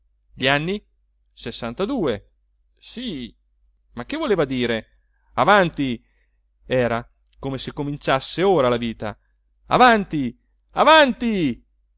gli anni sessantadue sì ma che voleva dire avanti era come se cominciasse ora la vita avanti avanti